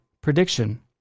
prediction